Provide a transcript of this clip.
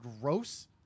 gross